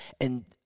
And-